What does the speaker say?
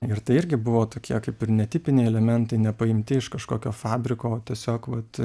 ir tai irgi buvo tokie kaip ir netipiniai elementai ne paimti iš kažkokio fabriko o tiesiog vat